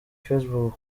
facebook